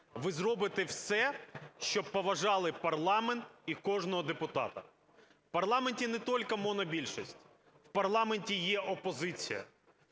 ви зробите все, щоб поважали парламент і кожного депутата. В парламенті не тільки монобільшість - в парламенті є опозиція.